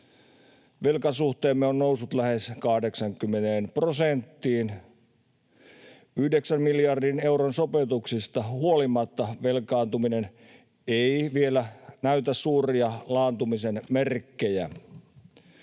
Velkasuhteemme on noussut lähes 80 prosenttiin. Yhdeksän miljardin euron sopeutuksista huolimatta velkaantuminen ei vielä näytä suuria laantumisen merkkejä.